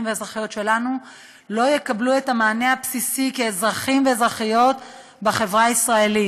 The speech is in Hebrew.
והאזרחיות שלנו לא יקבלו את המענה הבסיסי כאזרחים ואזרחיות בחברה הישראלית.